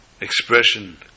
expression